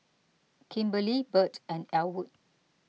Kimberlie Birt and Elwood